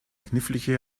knifflige